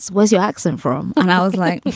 where's your accent from? and i was like,